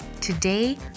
Today